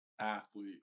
athlete